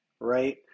right